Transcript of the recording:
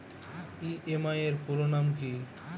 EMI এর পুরোনাম কী?